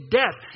death